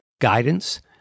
guidance